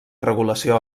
regulació